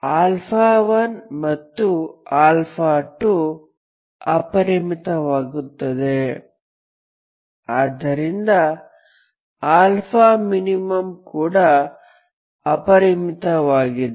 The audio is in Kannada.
α1 ಮತ್ತು α2 ಅಪರಿಮಿತವಾಗುತ್ತದೆ ಆದ್ದರಿಂದ αmin ಕೂಡ ಅಪರಿಮಿತವಾಗಿದೆ